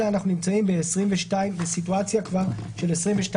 אלא אנחנו נמצאים בסיטואציה של 22יח(ג)(2)